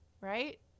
right